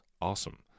Awesome